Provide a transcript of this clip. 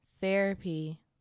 therapy